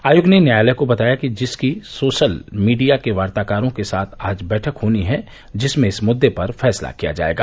आयोग ने न्यायालय को बताया कि उसकी सोशल मीडिया के वार्ताकारों के साथ आज बैठक होनी है जिसमें इस मुद्दे पर फैसला किया जाएगा